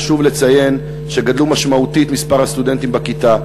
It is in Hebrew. חשוב לציין שגדל משמעותית מספר הסטודנטים בכיתה,